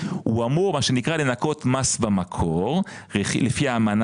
הוא אמר מה שנקרא לנכות מס במקור לפי האמנה